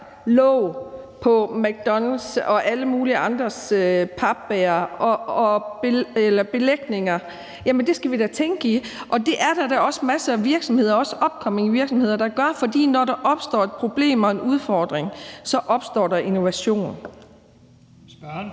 låg fra McDonald's og alle mulige andres papbægre med alle mulige belægninger. Det skal vi da tænke i at gøre bedre, og det er der også masser af virksomheder, også upcoming virksomheder, der gør, for når der opstår et problem og en udfordring, opstår der innovation.